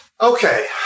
Okay